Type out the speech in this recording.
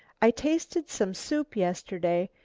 i tasted some soup yesterday,